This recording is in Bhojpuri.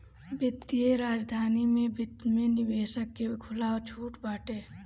वित्तीय राजधानी में वित्त में निवेशक के खुला छुट बाटे